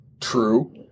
True